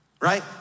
Right